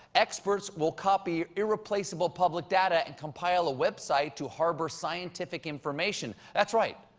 experts will copy irreplaceable public data and compile a web site to harbor scientific information. that's right.